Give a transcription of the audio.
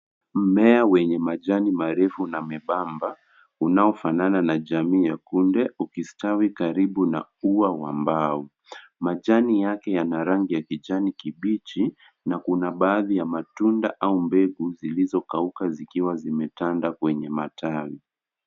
Mmea wenye majani marefu na membamba unaofanana na jamii ya kunde ukistawi karibu na ua wa mbao. Majani yake yana rangi ya kijani kibichi na kuna baadhi ya matunda au mbegu zilizokauka zikiwa zimetanda kwenye matawi.